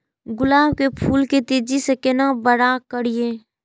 गुलाब के फूल के तेजी से केना बड़ा करिए?